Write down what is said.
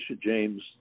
James